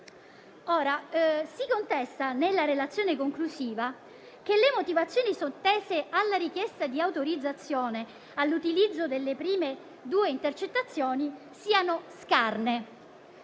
Si contesta nella relazione conclusiva che le motivazioni sottese alla richiesta di autorizzazione all'utilizzo delle prime due intercettazioni siano scarne.